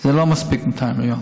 זה לא מספיק, 200 מיליון.